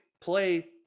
play